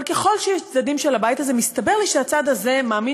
אבל ככל שיש צדדים של הבית הזה מסתבר לי שהצד הזה מאמין